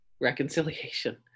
Reconciliation